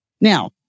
Now